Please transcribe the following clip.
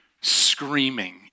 screaming